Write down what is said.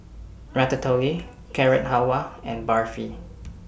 Ratatouille Carrot Halwa and Barfi